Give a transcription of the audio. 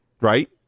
right